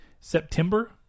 September